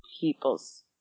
people's